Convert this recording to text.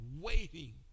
waiting